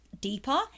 deeper